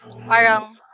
parang